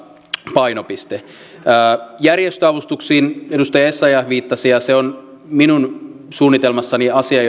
painopiste järjestöavustuksiin viittasi edustaja essayah ja se on minun suunnitelmissani asia